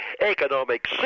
economic